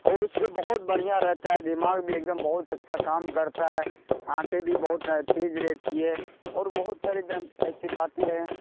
اور اس سے بہت بڑھیاں رہتا ہے دماغ بھی ایک دم بہت اچھا کام کرتا ہے آنکھیں بھی بہت تیز رہتی ہے اور بہت ساری ایسی باتیں ہیں